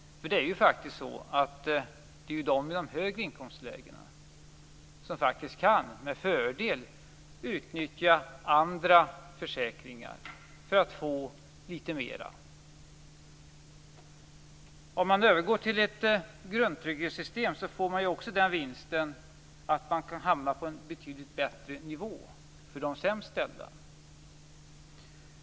De i de högre inkomstlägren kan med fördel utnyttja andra försäkringar för att få litet mera. En övergång till ett grundtrygghetssystem ger också vinsten att det går att hamna på en bättre nivå för de sämst ställda.